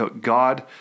God